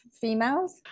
females